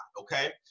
Okay